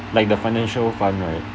like the financial fund right